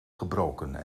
gebroken